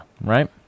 Right